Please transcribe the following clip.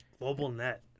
Globalnet